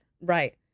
Right